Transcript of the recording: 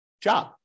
job